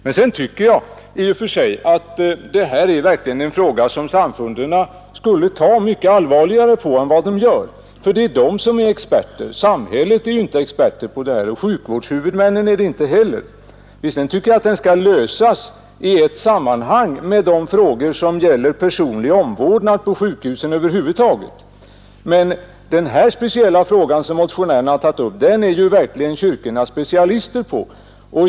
Dessutom tycker jag att detta verkligen är en fråga, som samfunden skulle ta mycket allvarligare på än vad de gör. Det är nämligen de som är experter. Sakkunskapen ligger inte hos samhället och inte heller hos sjukvårdshuvudmännen. Visserligen tycker jag att denna angelägenhet skall lösas i ett sammanhang med de frågor som gäller personlig omvårdnad på sjukhusen över huvud taget, men den speciella fråga som motionärerna tar upp är kyrkorna specialister på.